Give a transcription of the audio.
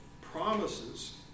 promises